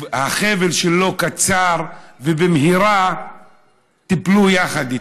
החבל שלו קצר, במהרה תיפלו יחד איתו,